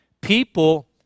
people